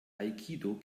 aikido